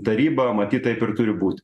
taryba matyt taip ir turi būt